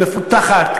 מפותחת,